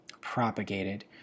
propagated